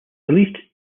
released